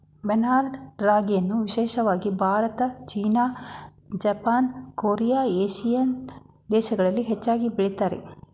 barnyard ರಾಗಿಯನ್ನು ವಿಶೇಷವಾಗಿ Bharat, China, Japan, Korea, Asian ದೇಶಗಳಲ್ಲಿ ಹೆಚ್ಚಾಗಿ ಬೆಳಿತಾರೆ